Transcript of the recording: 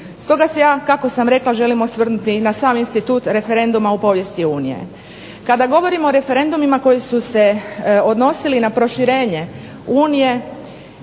Stoga se ja, kako sam rekla, želim osvrnuti na sam institut referenduma u povijesti Unije. Kada govorimo o referendumima koji su se odnosili na proširenje Unije